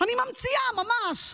אני ממציאה ממש.